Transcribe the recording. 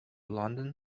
london